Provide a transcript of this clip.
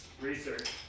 Research